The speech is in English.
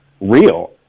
real